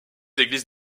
églises